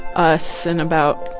us and about,